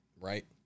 Right